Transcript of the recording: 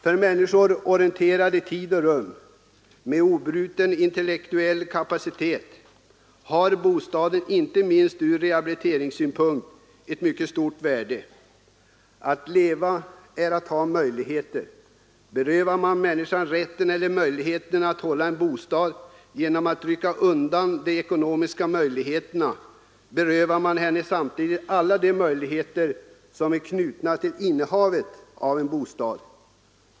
För människor, orienterade i tid och rum och med obruten intellektuell kapacitet, har bostaden, inte minst ur rehabiliteringssynpunkt, ett mycket stort värde. Att leva är att ha möjligheter! Berövar man en människa rätten eller möjligheten att hålla en bostad genom att rycka undan de ekonomiska förutsättningarna, berövar man henne samtidigt alla de möjligheter som är knutna till innehavet av en bostad.